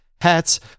hats